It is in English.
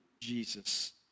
Jesus